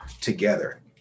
together